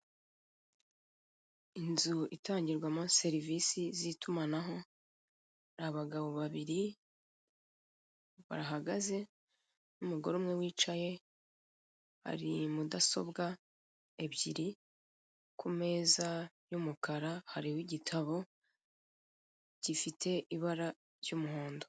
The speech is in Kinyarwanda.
Inzu itangirwamo serivisi z'itumanaho, abagabo babiri bahagaze, umugore umwe wicaye, hari mudasobwa ebyiri, ku meza y'umukara hariho igitabo gifite ibara ry'umuhondo.